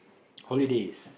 holidays